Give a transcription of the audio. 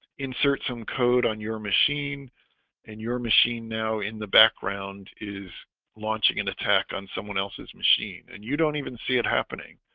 insert some code on your machine and your machine now in the background is launching an attack on someone else's machine, and you don't even see it happening.